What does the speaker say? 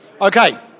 Okay